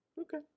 Okay